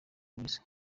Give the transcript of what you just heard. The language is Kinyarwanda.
louis